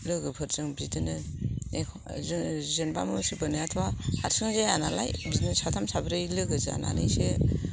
लोगोफोरजों बिदिनो जेन'बा मुस्रिफोर बोनायाथ' हारसिं जाया नालाय बिदिनो साथाम साब्रै लोगो जानानैसो